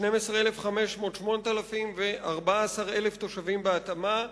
12,500, 8,000 ו-14,000 תושבים בהתאמה,